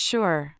Sure